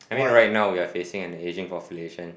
I mean right now we are facing an ageing population